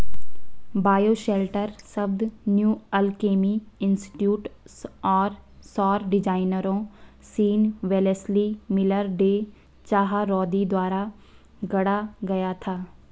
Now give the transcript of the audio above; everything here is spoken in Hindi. बायोशेल्टर शब्द न्यू अल्केमी इंस्टीट्यूट और सौर डिजाइनरों Sean Wellesley Miller, Day Chahroudi द्वारा गढ़ा गया था